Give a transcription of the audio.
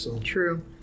True